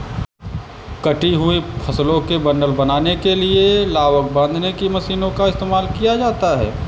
कटी हुई फसलों के बंडल बनाने के लिए लावक बांधने की मशीनों का इस्तेमाल किया जाता है